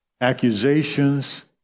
accusations